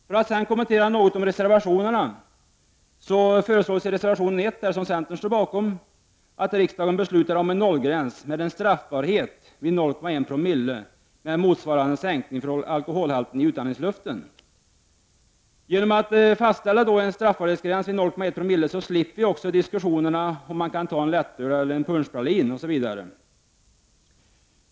För att sedan något kommentera reservationerna kan jag säga att reservation 1, som centern står bakom, föreslår att riksdagen beslutar om en nollgräns med en straffbarhet vid 0,1 Zoo med motsvarande sänkning för alkoholhalten i utandningsluften. Genom att fastställa en straffbarhetsgräns vid 0,1 Zoo slipper vi dessa diskussioner om lättöl eller punschpraliner osv.